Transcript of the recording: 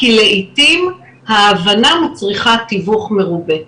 כי לעיתים ההבנה מצריכה תיווך מרובה.